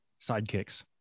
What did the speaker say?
Sidekicks